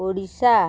Odisha